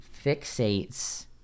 fixates